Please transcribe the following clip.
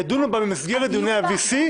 ידונו בה במסגרת דיוני ה-VC,